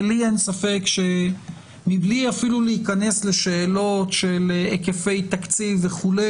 ולי אין ספק שמבלי אפילו להיכנס לשאלות של היקפי תקציב וכולי,